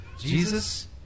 Jesus